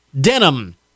Denim